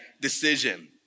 decision